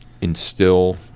instill